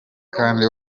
kandi